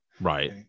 Right